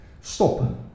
stop